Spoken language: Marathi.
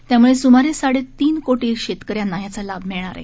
यामुळे सुमारे साडेतीन कोटी शेतकऱ्यांना याचा लाभ मिळणार आहे